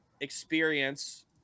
experience